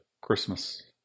Christmas